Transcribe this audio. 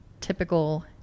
typical